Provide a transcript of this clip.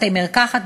בתי-מרקחת,